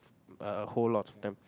a a whole lot of them